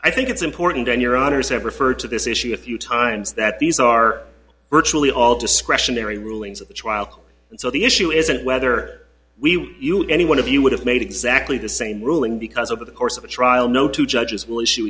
i think it's important and your honour's have referred to this issue a few times that these are virtually all discretionary rulings at the trial so the issue isn't whether we would any one of you would have made exactly the same ruling because over the course of a trial no two judges will issue